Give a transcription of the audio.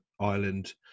Ireland